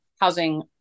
housing